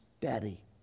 daddy